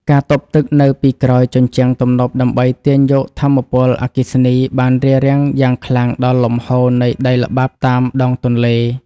ការទប់ទឹកនៅពីក្រោយជញ្ជាំងទំនប់ដើម្បីទាញយកថាមពលអគ្គិសនី បានរារាំងយ៉ាងខ្លាំងដល់លំហូរនៃដីល្បាប់តាមដងទន្លេ។